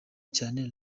cyane